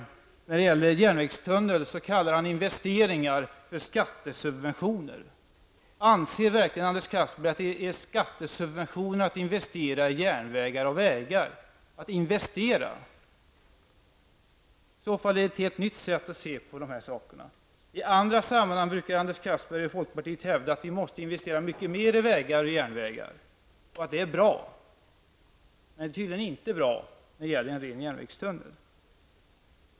När det gäller en järnvägstunnel kallar han investeringar för skattesubventioner. Anser verkligen Anders Castberger att det är skattesubventioner att investera i järnvägar och vägar? I så fall är detta ett helt nytt synsätt. I andra sammanhang brukar Anders Castberger och folkpartiet hävda att man måste investera mycket mer i vägar och järnvägar, och att det är bra att göra sådana investeringar. Men det är tydligen inte bra att investera i en järnvägstunnel.